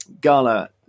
Gala